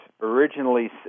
originally